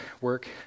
work